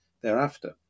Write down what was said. thereafter